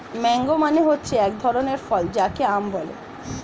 mango মানে হচ্ছে এক ধরনের ফল যাকে আম বলে